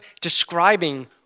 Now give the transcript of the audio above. describing